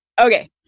Okay